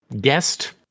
guest-